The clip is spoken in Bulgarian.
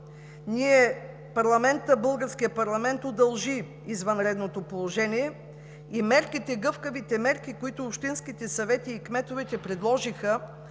13 март, българският парламент удължи извънредното положение и гъвкавите мерки, които общинските съвети и кметовете предложиха